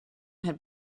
had